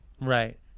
Right